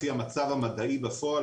לפי המצב המדעי בפועל,